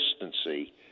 consistency